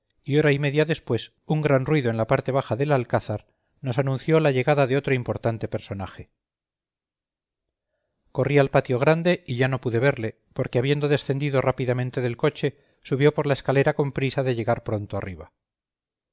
y hora y media después un gran ruido en la parte baja del alcázar nos anunció la llegada de otro importante personaje corrí al patio grande y ya no pude verle porque habiendo descendido rápidamente del coche subió por la escalera con prisa de llegar pronto arriba